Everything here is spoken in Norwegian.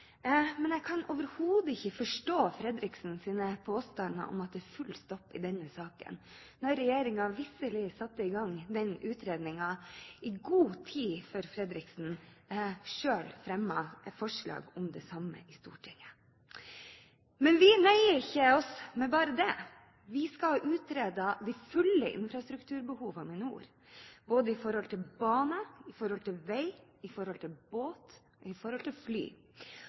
men jeg kan overhodet ikke forstå hans påstander om at det er «full stopp» i denne saken, når regjeringen visselig satte i gang den utredningen i god tid før Fredriksen fremmet et forslag om det samme i Stortinget. Men vi nøyer oss ikke bare med det, vi skal utrede de fulle infrastrukturbehovene i nord, med tanke på både bane, vei, båt og fly.